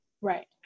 Right